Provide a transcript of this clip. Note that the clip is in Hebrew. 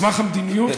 מסמך המדיניות,